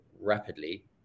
rapidly